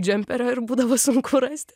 džemperio ir būdavo sunku rasti